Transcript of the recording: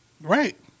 Right